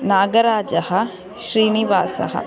नागराजः श्रीनिवासः